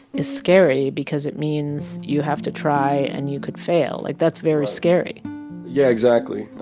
is scary because it means you have to try. and you could fail. like, that's very scary yeah, exactly.